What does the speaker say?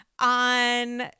on